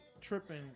tripping